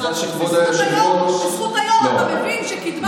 בזכות היו"ר אתה מבין שקדמה היא לא בהכרח קדמה.